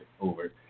over